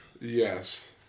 Yes